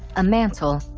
a mantle,